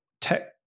tech